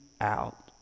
out